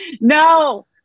No